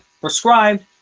prescribed